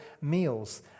meals